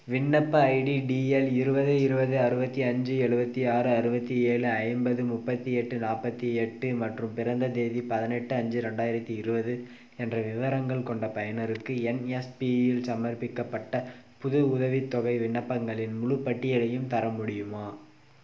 விண்ணப்ப ID TL இருபது இருபது அறுபத்தி அஞ்சு எழுபத்தி ஆறு அறுபத்தி ஏழு ஐம்பது முப்பத்து எட்டு நாற்பத்தி எட்டு மற்றும் பிறந்த தேதி பதினெட்டு அஞ்சு ரெண்டாயிரத்து இருபது என்ற விவரங்கள் கொண்ட பயனருக்கு என்எஸ்பியில் சமர்ப்பிக்கப்பட்ட புது உதவித்தொகை விண்ணப்பங்களின் முழுப் பட்டியலையும் தர முடியுமா